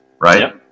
right